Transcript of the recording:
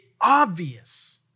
obvious